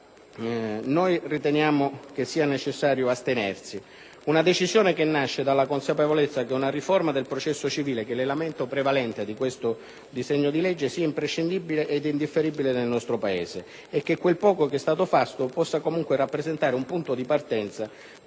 noi riteniamo che sia necessario astenersi. Una decisione che nasce dalla consapevolezza che una riforma del processo civile - che è l'elemento prevalente di questo disegno di legge - sia imprescindibile e indifferibile nel nostro Paese e che quel poco che è stato fatto possa comunque rappresentare un punto di partenza